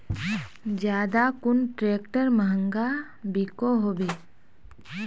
ज्यादा कुन ट्रैक्टर महंगा बिको होबे?